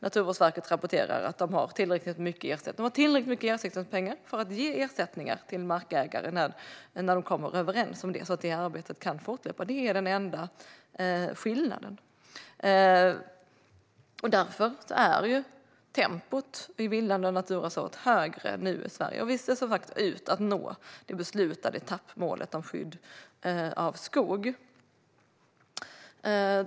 Naturvårdsverket rapporterar att man har tillräckligt mycket ersättningspengar för att ge ersättningar till markägare när man kommer överens om detta, så att det arbetet kan fortgå. Detta är den enda skillnaden. Därför är tempot i bildandet av naturreservat nu högre i Sverige, och vi ser som sagt ut att nå det beslutade etappmålet för skydd av skog.